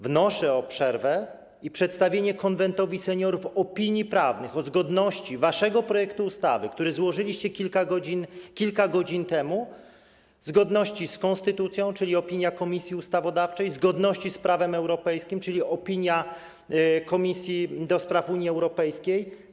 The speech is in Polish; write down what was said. Wnoszę o przerwę i przedstawienie Konwentowi Seniorów opinii prawnych o zgodności waszego projektu ustawy, który złożyliście kilka godzin temu, z konstytucją, czyli opinii Komisji Ustawodawczej, i z prawem europejskim, czyli opinii Komisji do Spraw Unii Europejskiej.